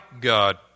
God